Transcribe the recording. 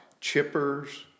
chippers